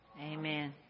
Amen